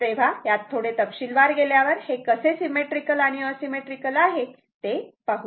तेव्हा यात थोडे तपशीलवार गेल्यावर हे कसे सिमेट्रीकल आणि असिमेट्रीकल आहे ते पाहू